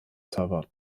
server